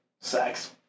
sex